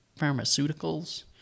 pharmaceuticals